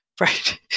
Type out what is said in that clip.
right